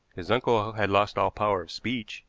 his uncle had lost all power of speech,